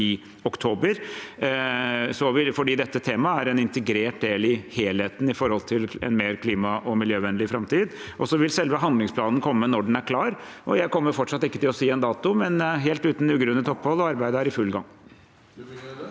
i oktober. Dette temaet er en integrert del i helheten for en mer klima- og miljøvennlig framtid. Selve handlingsplanen vil komme når den er klar. Jeg kommer fortsatt ikke til å si en dato, men det er helt uten ugrunnet opphold, og arbeidet er i full gang.